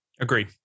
Agreed